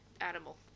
animal